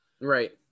Right